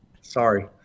Sorry